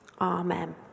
amen